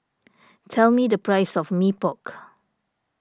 tell me the price of Mee Pok